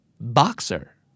Boxer